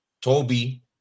Toby